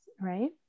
right